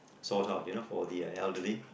sort out you know for the elderly